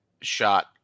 shot